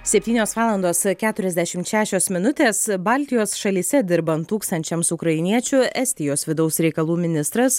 septynios valandos keturiasdešimt šešios minutės baltijos šalyse dirbant tūkstančiams ukrainiečių estijos vidaus reikalų ministras